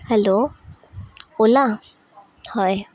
hello অ'লা হয়